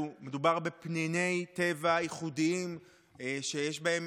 מדובר בפניני טבע ייחודיות שיש בהן